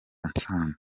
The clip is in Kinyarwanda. ansanga